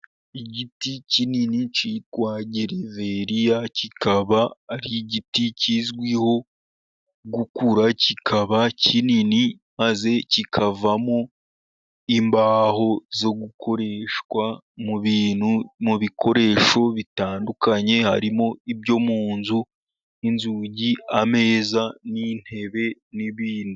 Igiti kinini kitwa geleveriya kikaba igiti kizwiho gukura kikaba kinini, maze kikavamo imbaho zo gukoreshwa mu bintu, mu bikoresho bitandukanye harimo ibyo mu nzu nk'inzugi, ameza, n'intebe n'ibindi.